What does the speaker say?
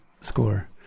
score